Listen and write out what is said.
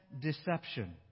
deception